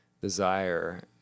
desire